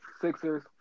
Sixers